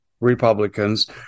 Republicans